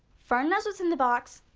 fern knows what is in the box.